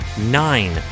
nine